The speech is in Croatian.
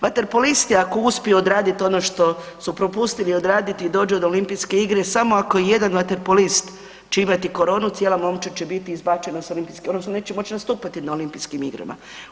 Vaterpolisti ako uspiju odraditi ono što su propustili odraditi i dođu do Olimpijske igre samo ako jedan vaterpolist će imati koronu cijela momčad će biti izbačena s olimpijskih odnosno neće moći nastupati na Olimpijskim igrama.